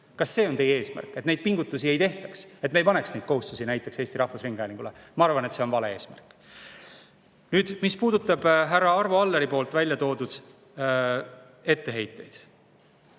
Kas see on teie eesmärk, et neid pingutusi ei tehtaks, et me ei paneks neid kohustusi näiteks Eesti Rahvusringhäälingule? Ma arvan, et see oleks vale eesmärk. Nüüd härra Arvo Alleri välja toodud etteheidetest.